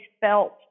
felt